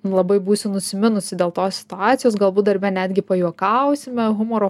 labai būsiu nusiminusi dėl tos situacijos galbūt darbe netgi pajuokausime humoro